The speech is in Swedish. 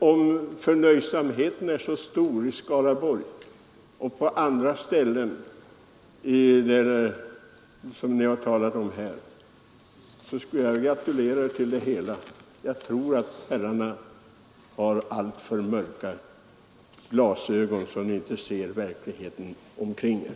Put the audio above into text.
Om förnöjsamheten är så stor i Skaraborgs län och på andra ställen som omtalats här, vill jag Nr 43 gratulera er. Jag tror att herrarna har alltför mörka glasögon, så att ni inte Onsdagen den ser verkligheten omkring er.